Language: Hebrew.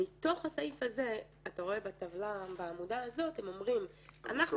מתוך הסעיף הזה אתה רואה בעמודה הזאת שהם אומרים: אנחנו